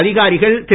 அதிகாரிகள் திரு